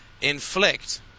inflict